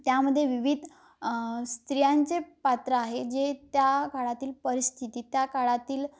त्यामध्ये विविध स्त्रियांचे पात्र आहे जे त्या काळातील परिस्थिती त्या काळातील